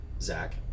Zach